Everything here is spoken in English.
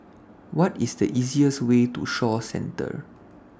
What IS The easiest Way to Shaw Centre